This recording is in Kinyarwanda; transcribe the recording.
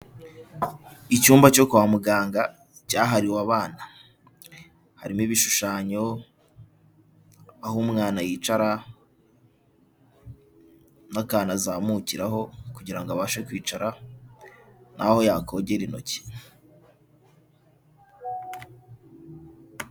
Icyumba cyo kwa muganga cyahariwe abana. Harimo ibishushanyo, aho umwana yicara n'akantu azamukiraho kugira ngo abashe kwicara n'aho yakogera intoki.